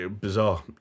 bizarre